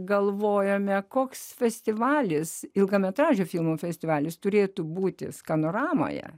galvojome koks festivalis ilgametražių filmų festivalis turėtų būti skanoramoje